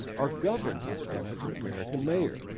are governed by african american mayors.